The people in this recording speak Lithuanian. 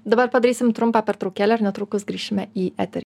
dabar padarysim trumpą pertraukėlę ir netrukus grįšime į eterį